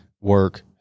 work